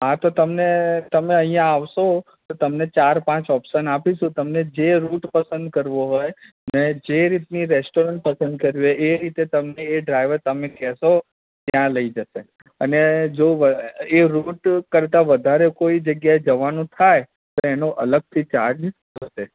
હા તો તમને તમે અહીં આવશો તો તમને ચાર પાંચ ઓપ્સન આપીશું તમને જે રુટ પસંદ કરવો હોય અને જે રીતની રેસ્ટોરન્ટ પસંદ કરવી હો એ રીતે તમને એ ડ્રાઈવર તમે કહેશો ત્યાં લઇ જશે અને જો વ એ રુટ કરતા વધારે કોઈ જગ્યા એ જવાનું થાય તો એનો અલગથી ચાર્જ થશે